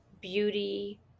beauty